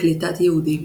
לקליטת יהודים.